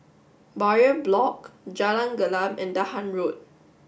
Bowyer Block Jalan Gelam and Dahan Road